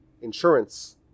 insurance